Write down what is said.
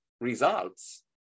results